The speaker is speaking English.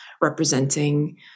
representing